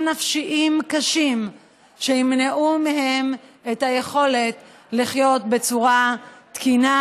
נפשיים קשים שימנעו מהם את היכולת לחיות בצורה תקינה